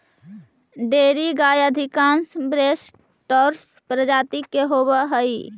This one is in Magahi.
डेयरी गाय अधिकांश बोस टॉरस प्रजाति के होवऽ हइ